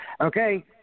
Okay